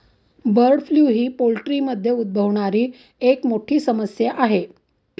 bird flu ही पोल्ट्रीमध्ये उद्भवणारी एक मोठी समस्या आहे